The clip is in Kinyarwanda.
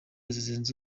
zunze